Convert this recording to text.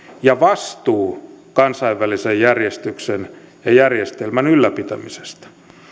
ja vastuu kansainvälisen järjestyksen ja järjestelmän ylläpitämisessä